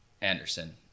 Anderson